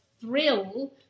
thrill